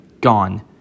Gone